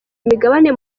imigabane